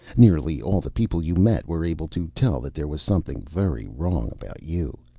nearly all the people you met were able to tell that there was something very wrong about you.